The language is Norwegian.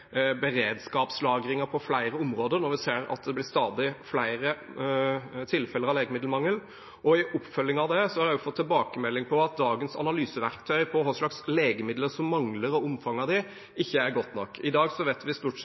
på flere områder, når vi ser at det blir stadig flere tilfeller av legemiddelmangel? Og i oppfølgingen av det: Jeg har også fått tilbakemelding på at dagens analyseverktøy på hvilke legemidler som mangler – og omfanget av dem – ikke er godt nok. I dag vet vi stort sett,